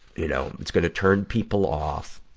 you know, it's gonna turn people off.